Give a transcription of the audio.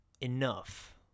enough